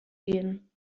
gehen